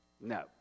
No